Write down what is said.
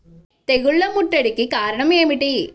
తెగుళ్ల ముట్టడికి కారణం ఏమిటి?